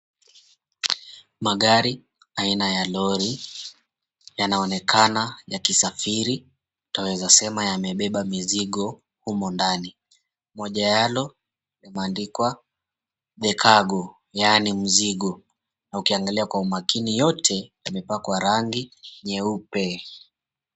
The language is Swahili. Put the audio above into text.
Magari aina ya lori yanaonekana yakisafiri, twaweza sema yamebaba mizigo humo ndani. Moja yalo imeandikwa 'The cargo' yaani mzigo ,na ukiangalia Kwa umakini, yote yamepakwa rangi nyeupe.